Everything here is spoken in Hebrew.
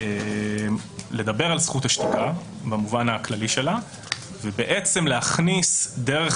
לדבר על זכות השתיקה במובן הכללי שלה ובעצם להכניס דרך